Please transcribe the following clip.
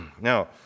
Now